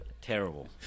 terrible